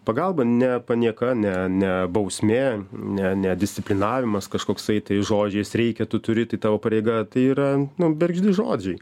pagalba ne panieka ne ne bausmė ne ne disciplinavimas kažkoksai tais žodžiais reikia tu turi tai tavo pareiga tai yra nu bergždi žodžiai